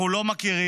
אנחנו לא מכירים,